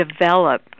develop